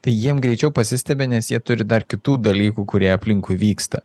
tai jiem greičiau pasistebia nes jie turi dar kitų dalykų kurie aplinkui vyksta